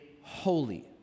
holy